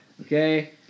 Okay